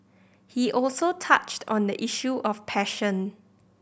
he also touched on the issue of passion